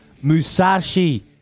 Musashi